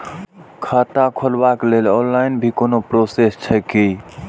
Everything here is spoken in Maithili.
खाता खोलाबक लेल ऑनलाईन भी कोनो प्रोसेस छै की?